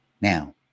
Now